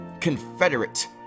Confederate